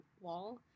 wall